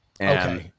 Okay